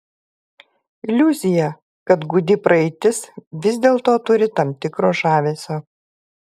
iliuzija kad gūdi praeitis vis dėlto turi tam tikro žavesio